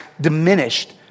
diminished